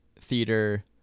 theater